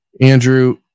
Andrew